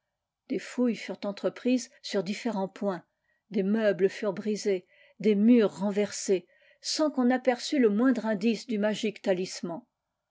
des fouilles furent entreprises sur différents points des meubles furent brisés des murs renversés sans qu'on aperçût le moindre indice du magique talisman